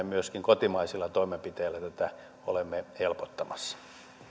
myöskin kotimaisilla toimenpiteillä tätä olemme helpottamassa